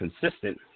consistent